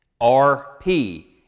R-P